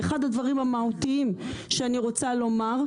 ואחד הדברים המהותיים שאני רוצה לומר,